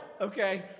okay